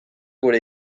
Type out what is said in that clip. gure